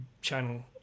channel